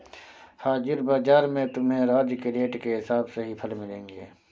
हाजिर बाजार में तुम्हें आज के रेट के हिसाब से ही फल मिलेंगे